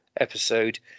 episode